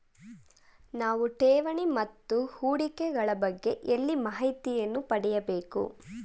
ನಾವು ಠೇವಣಿ ಮತ್ತು ಹೂಡಿಕೆ ಗಳ ಬಗ್ಗೆ ಎಲ್ಲಿ ಮಾಹಿತಿಯನ್ನು ಪಡೆಯಬೇಕು?